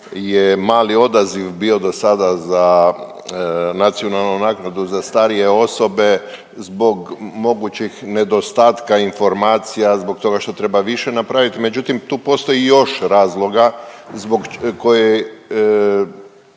je mali odaziv bio do sada za nacionalnu naknadu za starije osobe zbog mogućih nedostatka informacija, zbog toga što treba više napraviti, međutim, tu postoji još razloga koje,